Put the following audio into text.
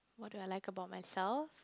what do I like about myself